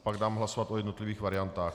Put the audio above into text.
Pak dám hlasovat o jednotlivých variantách.